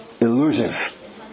elusive